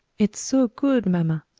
it's so good, mamma!